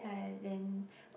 I then